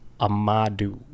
Amadu